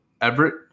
Everett